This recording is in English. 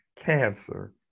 cancer